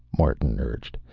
martin urged.